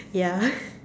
ya